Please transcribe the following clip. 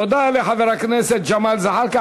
תודה לחבר הכנסת ג'מאל זחאלקה.